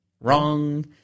Wrong